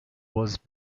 was